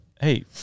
Hey